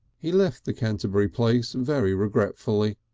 he left the canterbury place very regretfully.